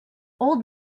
old